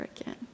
again